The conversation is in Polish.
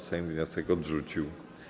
Sejm wniosek odrzucił.